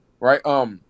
right